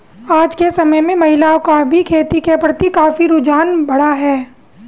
आज के समय में महिलाओं का भी खेती के प्रति काफी रुझान बढ़ा है